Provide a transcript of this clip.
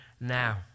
now